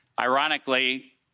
Ironically